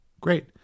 Great